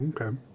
Okay